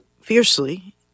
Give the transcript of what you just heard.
fiercely